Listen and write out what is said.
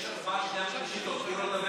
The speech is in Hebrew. יש הצבעה בשנייה ושלישית, אז תני לו לדבר.